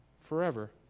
forever